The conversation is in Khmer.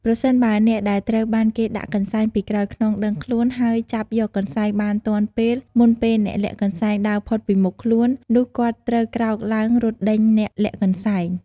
ប្រសិនបើអ្នកដែលត្រូវបានគេដាក់កន្សែងពីក្រោយខ្នង ដឹងខ្លួន ហើយចាប់យកកន្សែងបានទាន់ពេល មុនពេលអ្នកលាក់កន្សែងដើរផុតពីមុខខ្លួន នោះគាត់ត្រូវក្រោកឡើងរត់ដេញអ្នកលាក់កន្សែង។